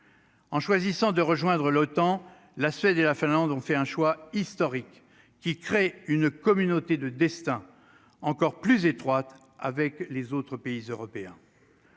en choisissant de rejoindre l'OTAN, la Suède et la Finlande ont fait un choix historique qui crée une communauté de destin encore plus étroite avec les autres pays européens